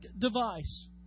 device